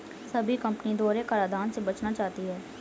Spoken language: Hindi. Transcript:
सभी कंपनी दोहरे कराधान से बचना चाहती है